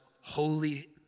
holy